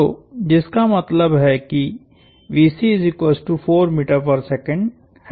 तो जिसका मतलब है की है